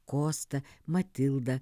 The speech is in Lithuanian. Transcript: kostą matildą